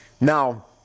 Now